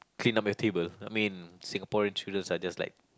clean up your table I mean Singaporean children's are just like